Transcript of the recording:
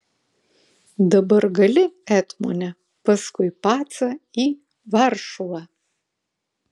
dabar gali etmone paskui pacą į varšuvą